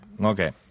Okay